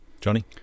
Johnny